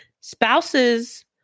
spouses